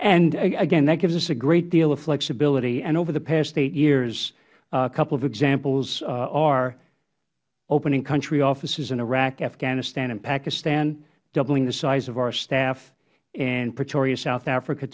and again that gives us a great deal of flexibility and over the past eight years a couple of examples are opening country offices in iraq afghanistan and pakistan doubling the size of our staff in pretoria south africa